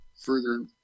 further